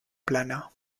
plana